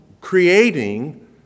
creating